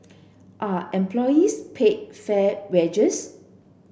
are employees paid fair wages